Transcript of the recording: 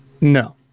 no